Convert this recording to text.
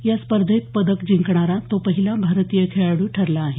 या स्पर्धेत पदक जिंकणारा तो पहिला भारतीय खेळाडू ठरला आहे